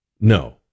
No